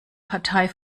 partei